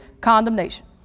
condemnation